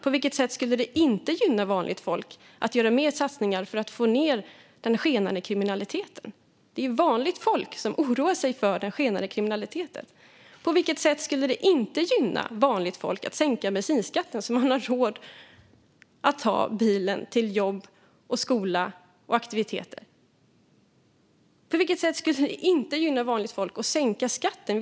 På vilket sätt skulle det inte gynna vanligt folk att göra mer satsningar för att få ned den skenande kriminaliteten? Det är vanligt folk som oroar sig för den skenande kriminaliteten. På vilket sätt skulle det inte gynna vanligt folk att sänka bensinskatten, så att man har råd att ta bilen till jobb, skola och aktiviteter? På vilket sätt skulle det inte gynna vanligt folk att sänka skatten?